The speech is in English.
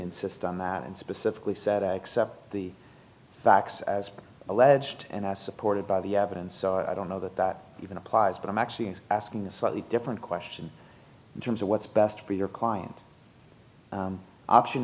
insist on that and specifically said i accept the facts as alleged and supported by the evidence so i don't know that that even applies but i'm actually asking a slightly different question in terms of what's best for your client option